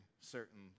certain